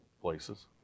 places